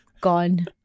gone